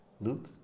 Luke